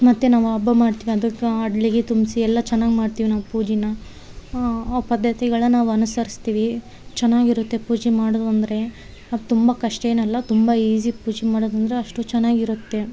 ಮತ್ತು ನಾವು ಹಬ್ಬ ಮಾಡ್ತೀವಿ ಅದಕ್ಕೆ ಅಡ್ಲಿಗೆ ತುಂಬಿಸಿ ಎಲ್ಲ ಚೆನ್ನಾಗ್ ಮಾಡ್ತಿವಿ ನಾವು ಪೂಜೆ ಆ ಪದ್ದತಿಗಳ ನಾವು ಅನುಸರಿಸ್ತೀವಿ ಚೆನ್ನಾಗಿರುತ್ತೆ ಪೂಜೆ ಮಾಡೋದು ಅಂದರೆ ಅದು ತುಂಬ ಕಷ್ಟ ಏನಲ್ಲ ತುಂಬ ಈಸಿ ಪೂಜೆ ಮಾಡೋದಂದರೆ ಅಷ್ಟು ಚೆನ್ನಾಗಿರುತ್ತೆ